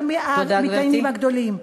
המתדיינים הגדולים.